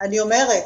אני אומרת,